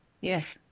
Yes